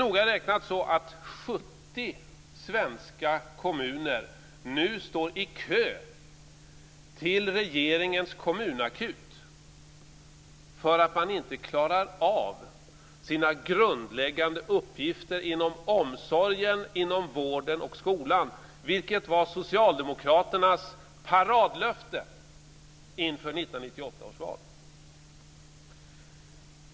Noga räknat står 70 svenska kommuner i kö till regeringens kommunakut för att de inte klarar av sina grundläggande uppgifter inom omsorgen, vården och skolan, vilket var Socialdemokraternas paradlöfte inför 1998 års val.